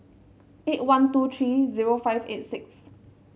eight one two three zero five eight six